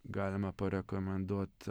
galima parekomenduot